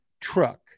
truck